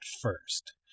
first